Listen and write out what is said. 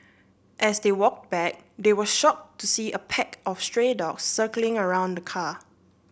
as they walked back they were shocked to see a pack of stray dogs circling around the car